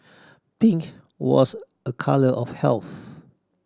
pink was a colour of health